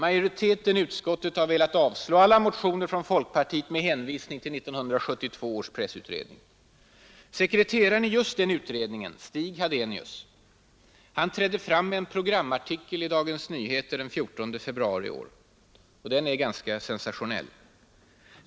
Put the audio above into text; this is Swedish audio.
Majoriteten i utskottet har velat avslå alla motioner från folkpartiet med hänvisning till 1972 års pressutredning. Sekreteraren i just den utredningen, Stig Hadenius, trädde fram med en programartikel i Dagens Nyheter den 14 februari i år. Den är ganska sensationell.